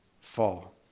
fall